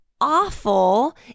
awful